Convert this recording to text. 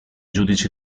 giudici